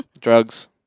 drugs